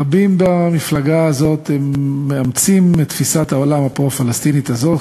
רבים במפלגה הזאת מאמצים את תפיסת העולם הפרו-פלסטינית הזאת,